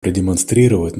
продемонстрировать